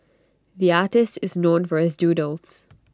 the artist is known for his doodles